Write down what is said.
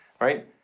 right